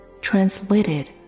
Translated